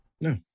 No